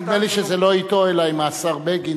נדמה לי שזה לא אתו, אלא עם השר בגין.